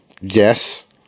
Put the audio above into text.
yes